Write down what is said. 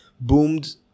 boomed